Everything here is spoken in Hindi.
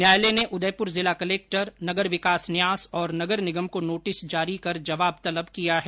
न्यायालय ने उदयपुर जिला कलेक्टर नगर विकास न्यास और नगर निगम को नोटिस जारी कर जवाब तलब किया है